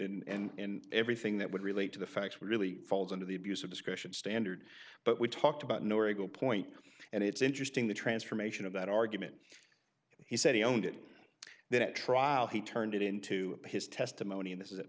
concluded and and everything that would relate to the facts really falls under the abuse of discretion standard but we talked about noriko point and it's interesting the transformation of that argument he said he owned it then at trial he turned it into his testimony in this is it